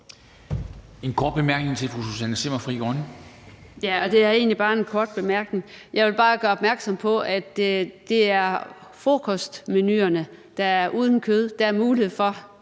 en kort bemærkning til fru Susanne Zimmer, Frie Grønne. Kl. 16:30 Susanne Zimmer (FG): Jeg vil bare kort gøre opmærksom på, at det er frokostmenuerne, der er uden kød. Der er mulighed for